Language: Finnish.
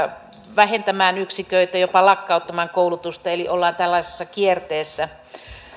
vähentämään yksiköitä jopa lakkauttamaan koulutusta eli ollaan tällaisessa kierteessä